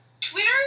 Twitter